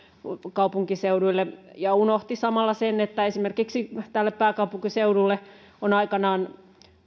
kaupunkiseuduille hän unohti samalla sen että esimerkiksi tänne pääkaupunkiseudulle on aikanaan